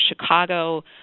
Chicago